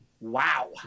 wow